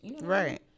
Right